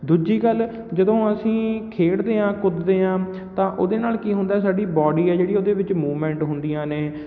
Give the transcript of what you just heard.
ਦੂਜੀ ਗੱਲ ਜਦੋਂ ਅਸੀਂ ਖੇਡਦੇ ਹਾਂ ਕੁੱਦਦੇ ਹਾਂ ਤਾਂ ਓਹਦੇ ਨਾਲ ਕੀ ਹੁੰਦਾ ਸਾਡੀ ਬੌਡੀ ਆ ਜਿਹੜੀ ਓਹਦੇ ਵਿੱਚ ਮੂਵਮੈਂਟ ਹੁੰਦੀਆਂ ਨੇ